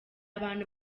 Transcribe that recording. abantu